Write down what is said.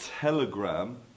telegram